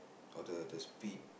or the the speed